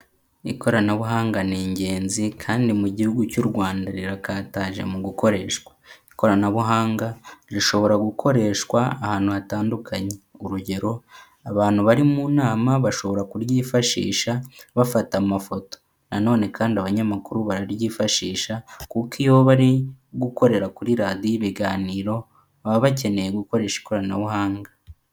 Ikoranabuhanga ni ingenzi kandi mu gihugu cy'u Rwanda rirakataje mu gukoreshwa, ikoranabuhanga rishobora gukoreshwa ahantu hatandukanye urugero: abantu bari mu nama bashobora kuryifashisha bafata amafoto, na none kandi abanyamakuru bararyifashisha kuko iyo bari gukorera kuri radiyo ibiganiro baba bakeneye gukoresha ikoranabuhanga.